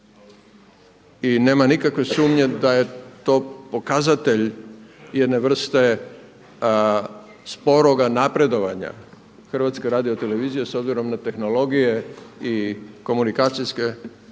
I nema nikakve sumnje da je to pokazatelj jedne vrste sporoga napredovanja HRT-a s obzirom na tehnologije i komunikacijske, medijske